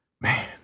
Man